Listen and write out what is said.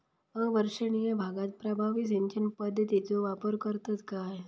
अवर्षणिय भागात प्रभावी सिंचन पद्धतीचो वापर करतत काय?